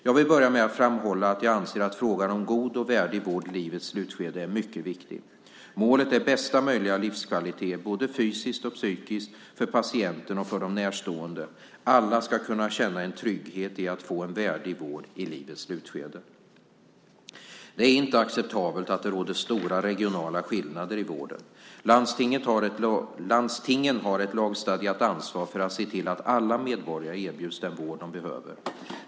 Jag vill börja med att framhålla att jag anser att frågan om en god och värdig vård i livets slutskede är mycket viktig. Målet är bästa möjliga livskvalitet, både fysisk och psykisk, för patienten och för de närstående. Alla ska kunna känna en trygghet i att få en värdig vård i livets slutskede. Det är inte acceptabelt att det råder stora regionala skillnader i vården. Landstingen har ett lagstadgat ansvar för att se till att alla medborgare erbjuds den vård de behöver.